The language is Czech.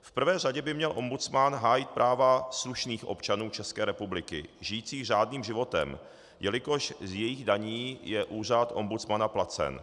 V prvé řadě by měl ombudsman hájit práva slušných občanů České republiky žijících řádným životem, jelikož z jejich daní je úřad ombudsmana placen.